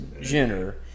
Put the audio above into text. Jenner